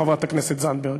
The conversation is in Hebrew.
חברת הכנסת זנדברג?